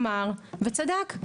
אמר וצדק,